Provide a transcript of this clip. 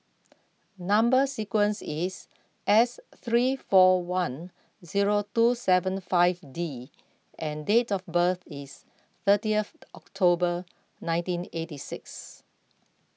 Number Sequence is S three four one zero two seven five D and date of birth is thirtieth October nineteen eighty six